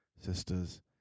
sisters